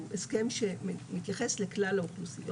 הוא הסכם שמתייחס לכלל האוכלוסיות